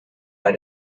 bei